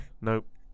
Nope